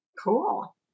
cool